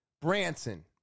Branson